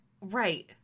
Right